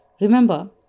Remember